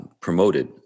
promoted